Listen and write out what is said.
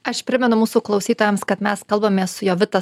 aš primenu mūsų klausytojams kad mes kalbamės su jovita